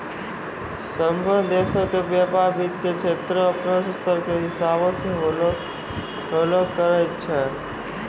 सभ्भे देशो के व्यपार वित्त के क्षेत्रो अपनो स्तर के हिसाबो से होलो करै छै